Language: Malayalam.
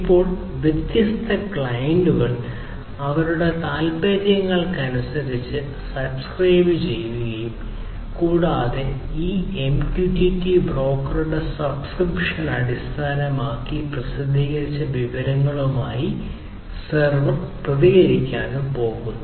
ഇപ്പോൾ വ്യത്യസ്ത ക്ലയന്റുകൾ അവരുടെ താൽപ്പര്യങ്ങൾക്കനുസരിച്ച് സബ്സ്ക്രൈബുചെയ്യും കൂടാതെ ഈ MQTT ബ്രോക്കറുടെ സബ്സ്ക്രിപ്ഷൻ അടിസ്ഥാനമാക്കി പ്രസിദ്ധീകരിച്ച വിവരങ്ങളുമായി സെർവർ പ്രതികരിക്കാൻ പോകുന്നു